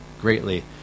Greatly